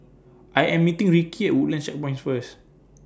I Am meeting Ricky At Woodlands Checkpoint First